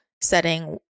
setting